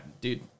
dude